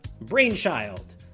Brainchild